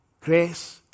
grace